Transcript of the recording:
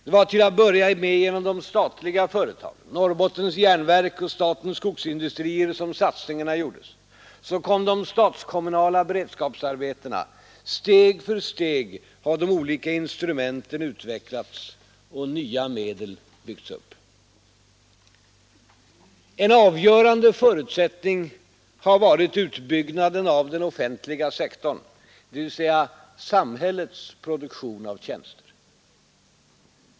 Det var till att börja med genom de statliga företagen, Norrbottens järnverk och Statens skogsindustrier, som satsningarna gjordes. Så kom de statskommunala beredskapsarbetena. Steg för steg har de olika instrumenten utvecklats och nya medel byggts upp. En avgörande förutsättning har varit utbyggnaden av den offentliga sektorn, dvs. samhällets produktion av tjänster.